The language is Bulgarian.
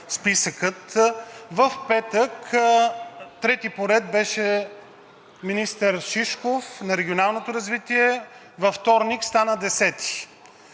В петък трети поред беше министър Шишков – на регионалното развитие, във вторник стана десети.